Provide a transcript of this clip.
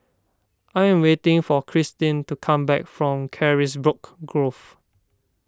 I am waiting for Christene to come back from Carisbrooke Grove